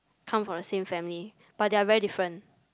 come from the same family but they're very different